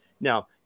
Now